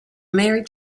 married